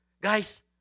Guys